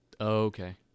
Okay